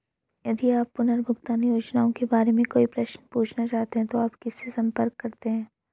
यदि आप पुनर्भुगतान योजनाओं के बारे में कोई प्रश्न पूछना चाहते हैं तो आप किससे संपर्क करते हैं?